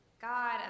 God